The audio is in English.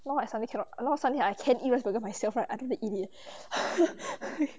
now I suddenly cannot now I suddenly I can't eat rice burger myself right I think I eat 腻